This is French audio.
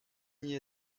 n’y